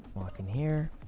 can hear